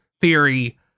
theory